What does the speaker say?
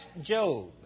Job